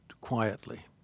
quietly